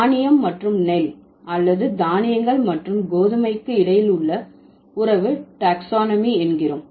தானியம் மற்றும் நெல் அல்லது தானியங்கள் மற்றும் கோதுமைக்கு இடையில் உள்ள உறவு டாக்ஸானமி என்கிறோம்